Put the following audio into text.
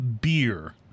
beer